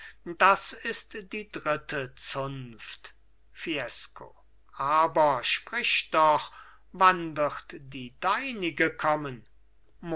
das ist die dritte zunft fiesco aber sprich doch wann wird die deinige kommen